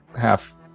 half